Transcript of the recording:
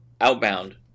Outbound